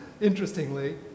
interestingly